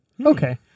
Okay